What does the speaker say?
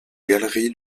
galerie